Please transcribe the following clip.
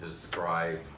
describe